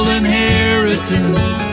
inheritance